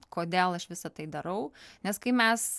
kodėl aš visa tai darau nes kai mes